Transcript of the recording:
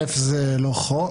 עדיין זה לא חוק,